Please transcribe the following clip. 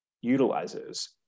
utilizes